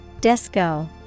Disco